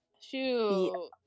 shoot